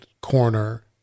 corner